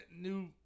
new